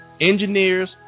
engineers